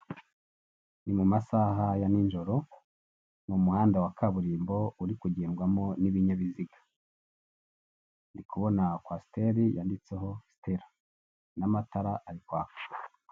Ni mu masaha ya n'ijoro m'umuhanda wa kaburimbo uri kugendwamo n'ibinyabiziga, ndikubona kwasiteri yanditseho sitera n'amatara ari kwaka.